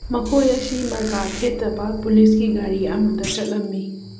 ꯃꯈꯣꯏ ꯑꯁꯤ ꯃꯔꯀꯥ ꯊꯦꯠꯇꯕ ꯄꯨꯂꯤꯁꯀꯤ ꯒꯥꯔꯤ ꯑꯃꯗ ꯆꯠꯂꯝꯃꯤ